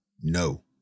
no